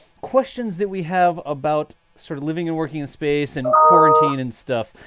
questions that we have about sort of living and working in space and quarantine and stuff.